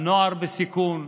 הנוער בסיכון,